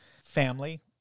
family